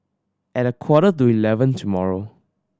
at a quarter to eleven tomorrow